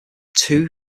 too